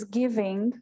giving